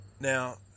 Now